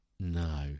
No